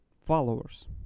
followers